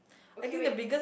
okay wait